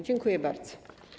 Dziękuję bardzo.